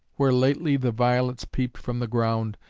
where lately the violets peep'd from the ground,